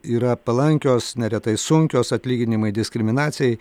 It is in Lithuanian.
yra palankios neretai sunkios atlyginimai diskriminacijai